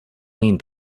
wayne